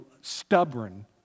stubborn